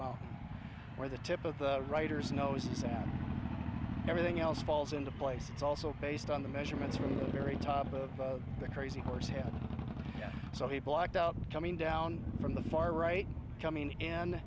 mall where the tip of the writer's noses and everything else falls into place it's also based on the measurements from the very top of the crazy horse and so he blocked up coming down from the far right and coming in